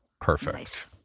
Perfect